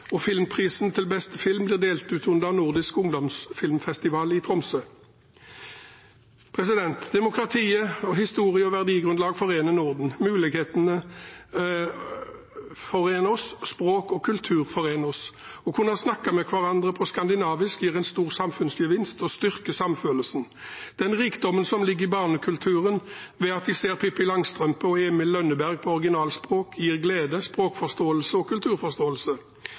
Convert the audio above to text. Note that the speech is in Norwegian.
og filmprisen til beste film ble delt ut under Nordisk Ungdoms Filmfestival i Tromsø. Demokrati, historie og verdigrunnlag forener Norden, mulighetene forener oss, språk og kultur forener oss. Å kunne snakke med hverandre på skandinavisk gir en stor samfunnsgevinst og styrker samfølelsen. Den rikdommen som ligger i barnekulturen ved at vi ser Pippi Langstrømpe og Emil i Lønneberget på originalspråket, gir glede, språkforståelse og kulturforståelse.